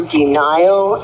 denial